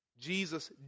Jesus